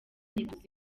ntituzi